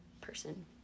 person